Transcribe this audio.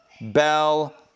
bell